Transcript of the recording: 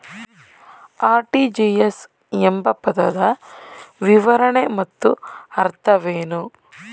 RTGS ಎಂಬ ಪದದ ವಿವರಣೆ ಮತ್ತು ಅರ್ಥವೇನು?